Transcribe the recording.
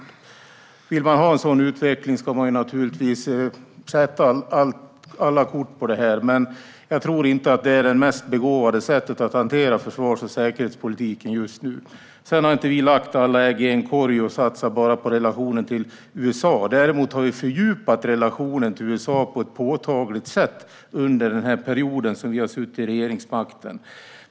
Om man vill ha en sådan utveckling ska man satsa alla kort på detta, men jag tror inte att det är det mest begåvade sättet att hantera försvars och säkerhetspolitiken just nu. Vi har inte lagt alla ägg i en korg och satsat bara på relationen till USA. Däremot har vi fördjupat denna relation på ett påtagligt sätt under den period som vi har suttit vid regeringsmakten.